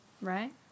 Right